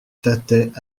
tattet